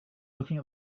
looking